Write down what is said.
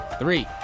Three